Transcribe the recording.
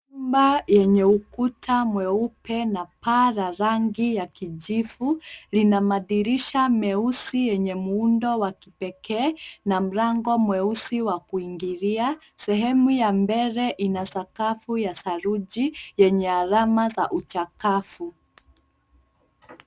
Nyumba yenye ukuta mweupe na paa la rangi ya kijivu lina madirisha meusi yenye muundo wa kipekee na mlango mweusi wa kuingilia, sehemu ya mbele ina sakafu ya saruji yenye alama za uchakavu.